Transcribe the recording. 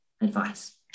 advice